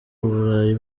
burayi